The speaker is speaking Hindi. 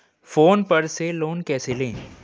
फोन पर से लोन कैसे लें?